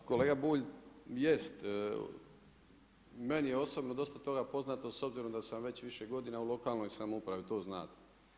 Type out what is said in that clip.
Pa kolega Bulj, jest, meni je osobno dosta toga poznato s obzirom da sam već više godina u lokalnoj samoupravi, to znate.